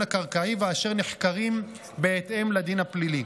הקרקעי ואשר נחקרים בהתאם לדין הפלילי.